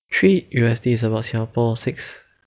three U_S_D is about singapore six